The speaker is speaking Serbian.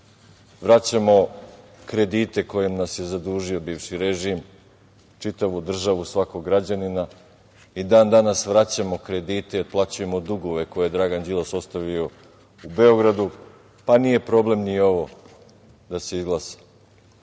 vraćamo kredite kojim nas je zadužio bivši režim, čitavu državu, svakog građanina. I dan danas vraćamo kredite, otplaćujemo dugove koje je Dragan Đilas ostavio u Beogradu, pa nije problem ni ovo da se izglasa. Mene